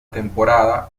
temporada